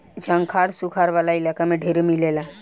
झंखाड़ सुखार वाला इलाका में ढेरे मिलेला